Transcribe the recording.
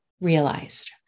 realized